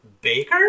baker